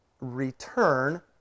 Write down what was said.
return